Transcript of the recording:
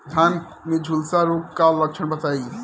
धान में झुलसा रोग क लक्षण बताई?